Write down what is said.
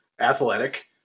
athletic